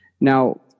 Now